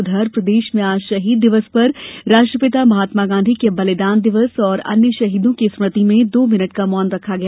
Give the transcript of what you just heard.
उधर प्रदेश में आज शहीद दिवस पर राष्ट्रपिता महात्मा गाँधी के बलिदान दिवस और अन्य शहीदों की स्मृति में दो मिनिट का मौन रखा गया